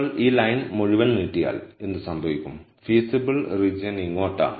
നിങ്ങൾ ഈ ലൈൻ മുഴുവൻ നീട്ടിയാൽ എന്ത് സംഭവിക്കും ഫീസിബിൾ റീജിയൻ ഇങ്ങോട്ടാണ്